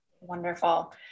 wonderful